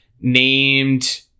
named